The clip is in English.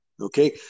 Okay